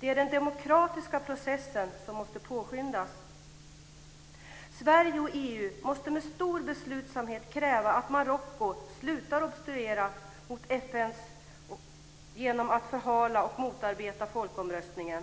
Det är den demokratiska processen som måste påskyndas. Sverige och EU måste med stor beslutsamhet kräva att Marocko slutar obstruera mot FN genom att förhala och motarbeta folkomröstningen.